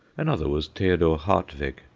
another was theodor hartweg,